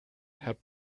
had